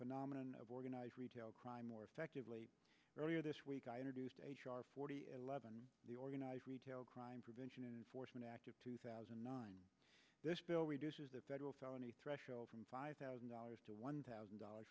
phenomenon of organized retail crime more effectively earlier this week i introduced h r forty eleven the organized retail crime prevention and fortune act of two thousand and nine this bill reduces the federal felony threshold from five thousand dollars to one thousand dollars